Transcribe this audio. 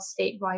statewide